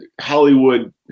Hollywood